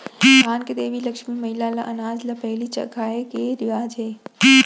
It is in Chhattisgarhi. धन के देवी लक्छमी मईला ल अनाज ल पहिली चघाए के रिवाज हे